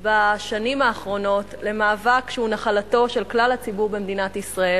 בשנים האחרונות למאבק שהוא נחלתו של כלל הציבור במדינת ישראל,